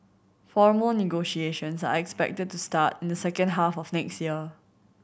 formal negotiations are expected to start in the second half of next year